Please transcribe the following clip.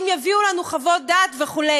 אם יביאו לנו חוות דעת וכו',